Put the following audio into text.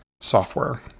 software